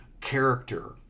character